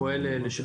בכל